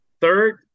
Third